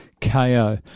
KO